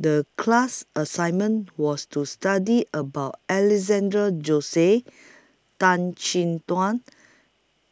The class assignment was to study about Alexandra Josey Tan Chin Tuan